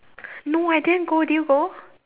no I didn't go did you go